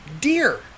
Deer